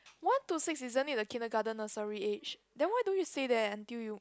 one to six isn't it the kindergarten nursery age then why don't you stay there until you